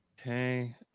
Okay